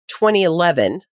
2011